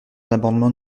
l’amendement